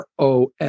ROS